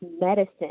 medicine